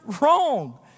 wrong